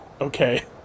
okay